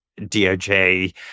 DOJ